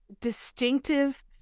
distinctive